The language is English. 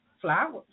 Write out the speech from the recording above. flowers